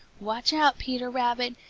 watch out, peter rabbit,